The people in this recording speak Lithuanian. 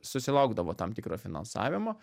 susilaukdavo tam tikro finansavimo